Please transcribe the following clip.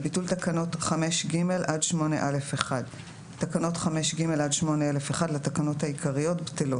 ביטול תקנות 5ג עד 8א13. תקנות 5ג עד 8א1 לתקנות העיקריות בטלות,